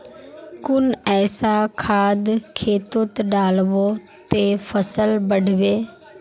कुन ऐसा खाद खेतोत डालबो ते फसल बढ़बे?